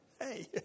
Hey